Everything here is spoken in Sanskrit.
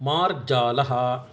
मार्जालः